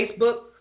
Facebook